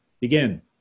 begin